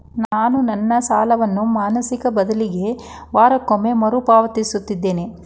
ನಾನು ನನ್ನ ಸಾಲವನ್ನು ಮಾಸಿಕ ಬದಲಿಗೆ ವಾರಕ್ಕೊಮ್ಮೆ ಮರುಪಾವತಿಸುತ್ತಿದ್ದೇನೆ